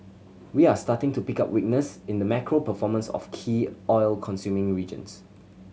we are starting to pick up weakness in the macro performance of key oil consuming regions